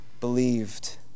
believed